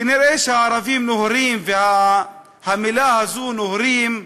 כנראה הערבים נוהרים, והמילה הזו, נוהרים,